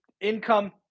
income